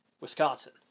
Wisconsin